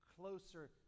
closer